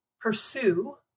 pursue